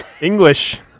English